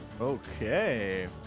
Okay